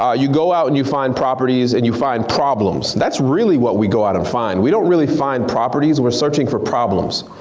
ah you go out and you find properties and you find problems. that's really what we go out and find, we don't really find properties, we're searching for problems.